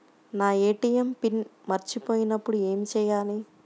నా ATM PIN మర్చిపోయినప్పుడు ఏమి చేయాలి?